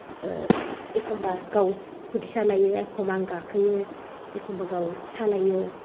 एखनब्ला गाव स्कुटि सालायो एखनब्ला आं गाखोयो एखनब्ला गाव सालायो